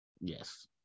Yes